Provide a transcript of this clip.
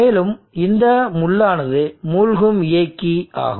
மேலும் இந்த முள்ளானது மூழ்கும் இயக்கி ஆகும்